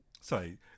sorry